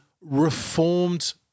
reformed